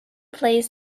plays